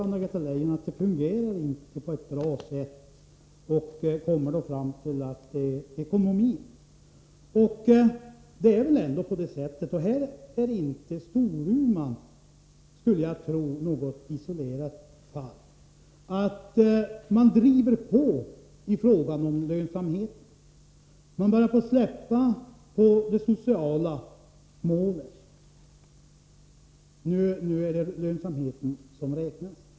Anna-Greta Leijon säger sedan att det inte fungerar på ett bra sätt, och hon kommer fram till att det beror på ekonomin. Det är väl ändå så att man driver på i fråga om lönsamheten, och härvidlag är inte Storuman något isolerat fall, skulle jag tro. Man börjar släppa det sociala målet — nu är det lönsamheten som räknas.